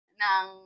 ng